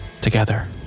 Together